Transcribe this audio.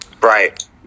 Right